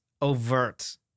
overt